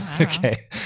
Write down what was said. Okay